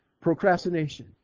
Procrastination